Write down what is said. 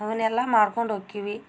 ಅವನ್ನೆಲ್ಲ ಮಾಡ್ಕೊಂಡು ಹೋಕ್ಕಿವಿ